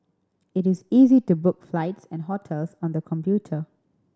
it is easy to book flights and hotels on the computer